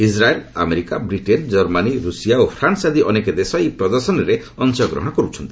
Israel America Britain Germany Russia ଓ France ଆଦି ଅନେକ ଦେଶ ଏହି ପ୍ରଦର୍ଶନୀରେ ଅଂଶଗ୍ରହଣ କରୁଛନ୍ତି